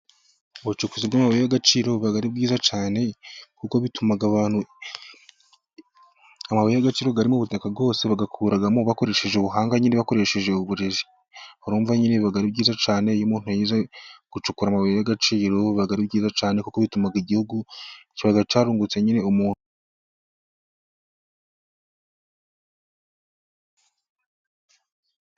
Ubucukuzi bw'amabuye y'agaciro buba ari bwiza cyane, kuko bituma amabuye y'agaciro ari mu ubutaka yose bayakuragamo bakoresheje ubuhanga, nyine bakoresheje uburezi, urumva nyine biba ari byiza cyane, iyo umuntu yize gucukura amabuye y'agacirobaga, biba ari byiza cyane kuko bituma igihugu kiba cyarungutse nyine umuntu.